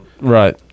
Right